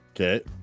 Okay